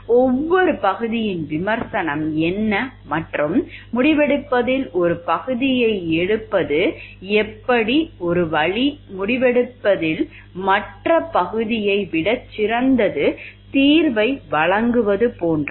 ஒவ்வொரு பகுதியின் விமர்சனம் என்ன மற்றும் முடிவெடுப்பதில் ஒரு பகுதியை எடுப்பது எப்படி ஒரு வழி முடிவெடுப்பதில் மற்ற பகுதியை விட சிறந்த தீர்வை வழங்குவது போன்றது